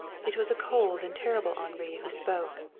it was a cold and terrible henri who spoke.